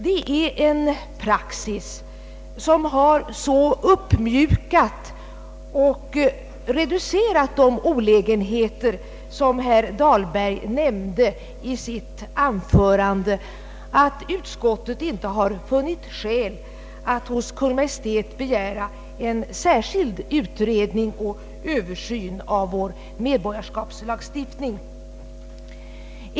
Denna praxis har så uppmjukat och reducerat de olägenheter, som herr Dahlberg nämnde i sitt anförande, att utskottet inte har funnit skäl att hos Kungl. Maj:t begära en särskild utredning och översyn av vår medborgarskapslagstiftning.